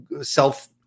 self